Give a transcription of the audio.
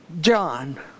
John